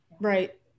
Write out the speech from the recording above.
Right